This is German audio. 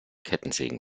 kettensägen